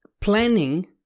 Planning